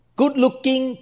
good-looking